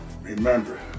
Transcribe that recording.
Remember